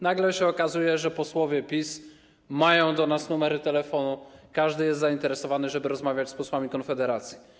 Nagle się okazuje, że posłowie PiS mają do nas numery telefonów i każdy jest zainteresowany, żeby rozmawiać z posłami Konfederacji.